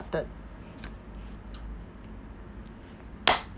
third